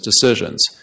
decisions